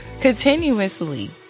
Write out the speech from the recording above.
continuously